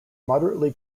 moderately